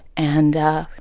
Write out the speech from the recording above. and,